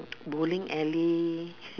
bowling alley